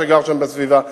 ואתה שגר שם בסביבה,